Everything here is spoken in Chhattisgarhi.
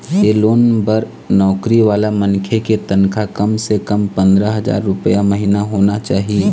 ए लोन बर नउकरी वाला मनखे के तनखा कम ले कम पंदरा हजार रूपिया महिना होना चाही